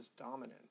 dominant